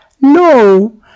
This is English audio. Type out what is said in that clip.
No